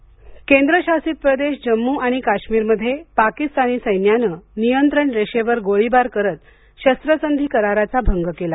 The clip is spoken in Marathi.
काश्मीर गोळीबार केंद्रशासित प्रदेश जम्मू आणि काश्मीरमध्ये पाकिस्तानी सैन्यान नियंत्रण रेषेवर गोळीबार करत शस्त्रसंघी कराराचा भंग केला